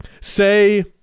say